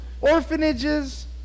orphanages